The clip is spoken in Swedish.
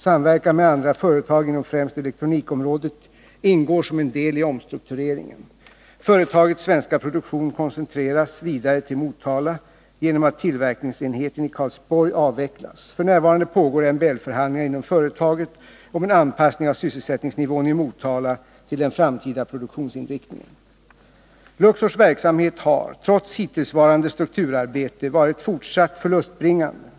Samverkan med andra företag inom främst elektronikområdet ingår som en del i omstruktureringen. Företagets svenska produktion koncentreras vidare till Motala genom att tillverkningsenheten i Karlsborg avvecklas. F. n. pågår MBL-förhandlingar inom företaget om en anpassning av sysselsättningsnivån i Motala till den framtida produktionsinriktningen. Luxors verksamhet har, trots hittillsvarande strukturarbete, varit fortsatt förlustbringande.